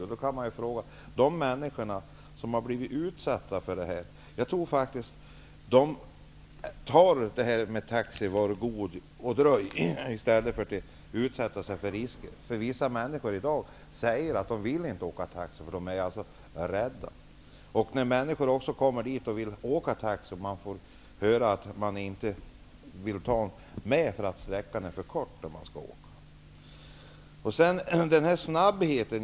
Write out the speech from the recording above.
Jag tror faktiskt att de människor som har blivit utsatta för oegentligheter väljer ''Taxi, var god dröj'' i stället för att utsätta sig för risker. Vissa människor säger i dag att de inte vill åka taxi, eftersom de är rädda. Människor får också höra att de inte får åka med i taxin därför att sträckan är för kort.